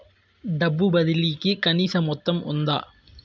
డబ్బు బదిలీ కి కనీస మొత్తం ఉందా?